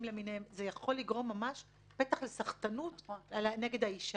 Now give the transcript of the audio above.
וזה יכול להיות ממש פתח לסחטנות נגד האישה.